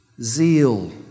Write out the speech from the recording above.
Zeal